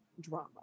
drama